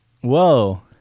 Whoa